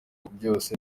byose